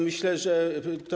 Myślę, że to.